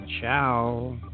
ciao